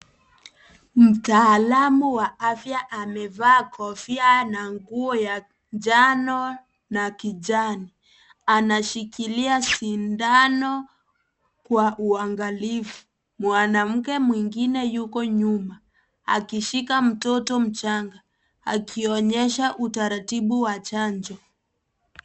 Mtaalamu wa afya amevaa kofia na nguo ya njano na kijani. Anashikilia sindano kwa uangalifu. Mwanamke mwengine yuko nyuma, akishika mtoto mchanga, akionyesha utaratibu wa chanjo.